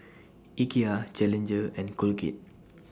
Ikea Challenger and Colgate